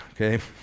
okay